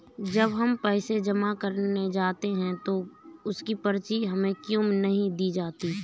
जब हम पैसे जमा करने जाते हैं तो उसकी पर्ची हमें क्यो नहीं दी जाती है?